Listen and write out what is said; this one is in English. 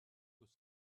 was